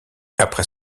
après